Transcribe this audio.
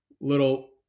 little